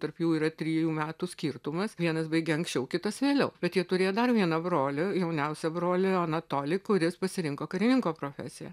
tarp jų yra trijų metų skirtumas vienas baigė anksčiau kitas vėliau bet jie turėjo dar vieno brolį jauniausią brolį anatolį kuris pasirinko karininko profesiją